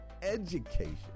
education